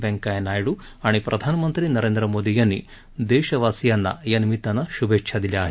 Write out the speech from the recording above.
वैंकय्या नायड आणि प्रधानमंत्री नरेंद्र मोदी यांनी देशवासिंयाना या निमिताने शभेच्छा दिल्या आहेत